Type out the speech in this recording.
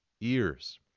ears